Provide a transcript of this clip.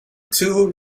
two